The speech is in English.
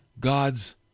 God's